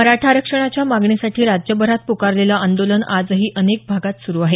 मराठा आरक्षणाच्या मागणीसाठी राज्यभरात पुकारलेलं आंदोलन आजही अनेक भागात सुरु आहे